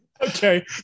Okay